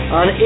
on